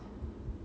oh